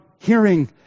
hearing